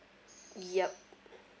yup